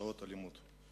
שעות הלימוד,